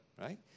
right